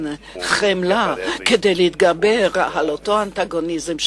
כדי להתגבר על אותו אנטגוניזם,